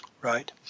Right